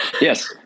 Yes